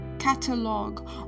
catalog